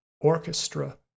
orchestra